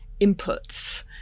inputs